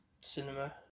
cinema